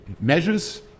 measures